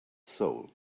soul